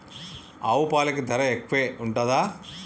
ఆవు పాలకి ధర ఎక్కువే ఉంటదా?